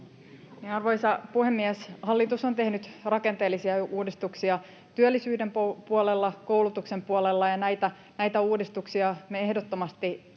Arvoisa puhemies! Hallitus on tehnyt rakenteellisia uudistuksia työllisyyden puolella ja koulutuksen puolella, ja näitä uudistuksia me ehdottomasti haluamme